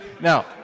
Now